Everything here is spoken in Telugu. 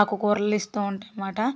ఆకుకూరలు ఇస్తు ఉంటాం అన్నమాట